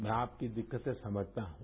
मैं आपकी दिक्कतें समझता हूं